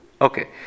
Okay